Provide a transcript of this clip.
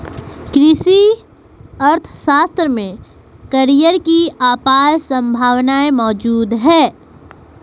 कृषि अर्थशास्त्र में करियर की अपार संभावनाएं मौजूद है